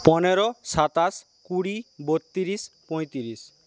পনেরো সাতাশ কুড়ি বত্রিশ পঁয়ত্রিশ